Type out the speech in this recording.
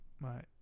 Right